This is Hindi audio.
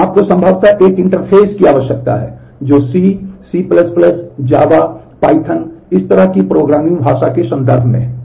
तो आपको संभवतः एक इंटरफ़ेस की आवश्यकता है जो सी इस तरह की प्रोग्रामिंग भाषा के संदर्भ में है